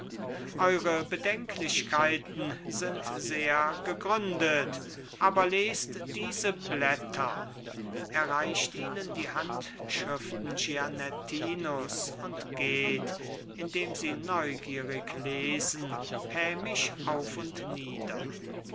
eure bedenklichkeiten sind sehr gegründet aber lest diese blätter er reicht ihnen die handschriften gianettinos und geht indes sie neugierig lesen hämisch auf und nieder